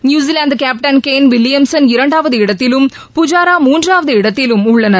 New Zealand captain Kane Williamson இரண்டாவது இடத்திலும் புஜாரா மூன்றாவது இடத்திலும் உள்ளனர்